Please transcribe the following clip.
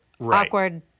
awkward